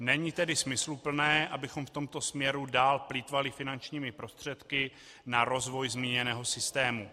Není tedy smysluplné, abychom v tomto směru dál plýtvali finančními prostředky na rozvoj zmíněného systému.